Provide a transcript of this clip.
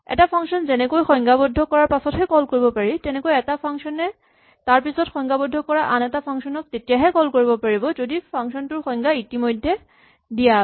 এটা ফাংচন যেনেকৈ সংজ্ঞাবদ্ধ কৰাৰ পাছতহে কল কৰিব পাৰি তেনেকৈয়ে এটা ফাংচন এ তাৰপিছত সংজ্ঞাবদ্ধ কৰা আন এটা ফাংচন ক তেতিয়াহে কল কৰিব পাৰিব যদি সেই ফাংচন টোৰ সংজ্ঞা ইতিমধ্যে দিয়া আছে